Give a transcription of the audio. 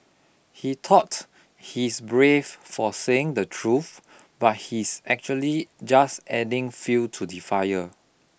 he thought he's brave for saying the truth but he's actually just adding fuel to the fire